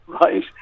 right